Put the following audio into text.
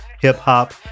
hip-hop